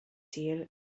sul